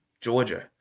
Georgia